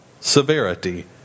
severity